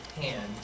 hand